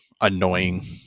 annoying